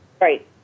Right